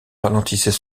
ralentissait